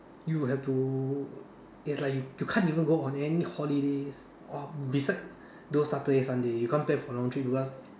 you have to is like you you can't even go on any holidays or besides those Saturday Sunday you can't plan for long trip because